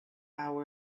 hour